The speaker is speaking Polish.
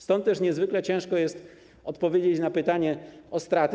Stąd też niezwykle ciężko jest odpowiedzieć na pytanie o straty.